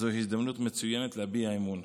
זו הזדמנות מצוינת להביע אמון.